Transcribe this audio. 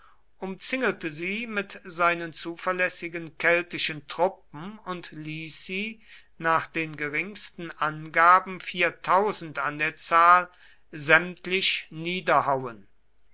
umzingelte sie mit seinen zuverlässigen keltischen truppen und ließ sie nach den geringsten angaben an der zahl sämtlich niederhauen